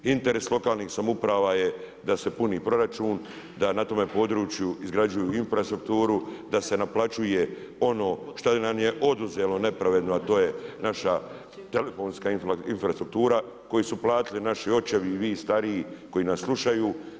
Interes lokalnih samouprava je da se puni proračun, da na tome području izgrađuju infrastrukturu, da se naplaćuje ono šta nam je oduzelo napravedno a to je naša telefonska infrastruktura koju su platili naši očevi i vi stariji koji nas slušaju.